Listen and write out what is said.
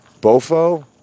Bofo